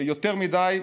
יותר מדי,